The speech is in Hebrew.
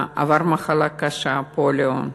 עבר מחלה קשה, פוליו.